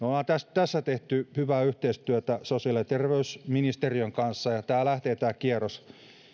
tässä tehneet hyvää yhteistyötä sosiaali ja terveysministeriön kanssa ja tämä kierros lähtee